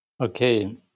Okay